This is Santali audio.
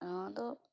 ᱱᱚᱣᱟ ᱫᱚ